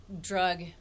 drug